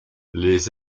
les